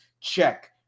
check